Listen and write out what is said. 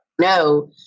no